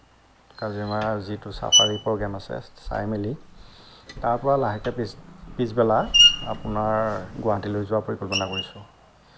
কাজিৰঙাৰ যিটো safari programme আছে চাই মেলি তাৰ পৰা লাহেকে পিছ পিছবেলা আপোনাৰ গুৱাহাটীলৈ যোৱাৰ পৰিকল্পনা কৰিছোঁ